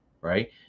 right